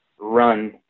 run